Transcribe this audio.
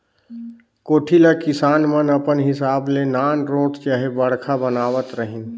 कोठी ल किसान मन अपन हिसाब ले नानरोट चहे बड़खा बनावत रहिन